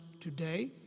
today